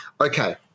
Okay